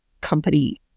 company